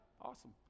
awesome